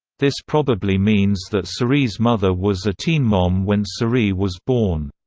this probably means that so cerie's mother was a teen mom when so cerie was born.